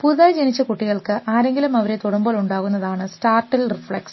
പുതിയതായി ജനിച്ച കുട്ടികൾക്ക് ആരെങ്കിലും അവരെ തൊടുമ്പോൾ ഉണ്ടാകുന്നതാണ് സ്റ്റാർട്ടിൽ റിഫ്ലെക്സ്